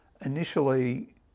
Initially